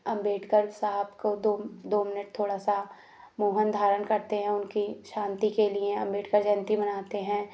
अम्बेडकर साहब को दो दो मिनट थोड़ा सा मौन धारण करते है उनकी शांति के लिए अम्बेडकर जयंती मनाते हैं